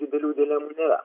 didelių dilemų nėra